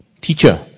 teacher